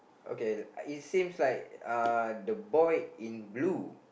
okay it seems like the boy in blue